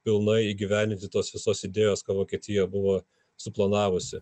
pilnai įgyvendinti tos visos idėjos ką vokietija buvo suplanavusi